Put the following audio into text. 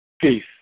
Peace